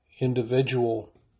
individual